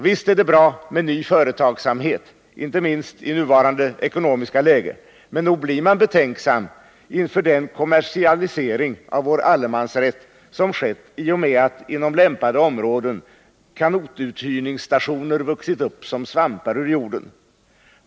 Visst är det bra med ny företagsamhet, inte minst i nuvarande ekonomiska läge, men nog blir man betänksam inför den kommersialisering av vår allemansrätt som skett i och med att inom lämpade områden kanotuthyrningsstationer vuxit upp som svampar ur jorden.